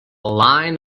line